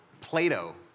Plato